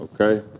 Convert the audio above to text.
Okay